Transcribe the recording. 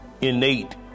innate